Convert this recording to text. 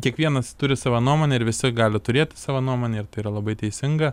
kiekvienas turi savo nuomonę ir visi gali turėti savo nuomonę ir tai yra labai teisinga